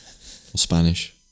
Spanish